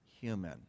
human